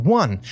one